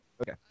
Okay